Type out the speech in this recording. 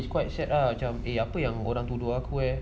she's quite sad ah macam apa yang dia orang tuduh aku